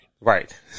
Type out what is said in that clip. Right